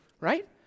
right